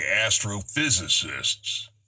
astrophysicists